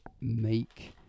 make